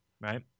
Right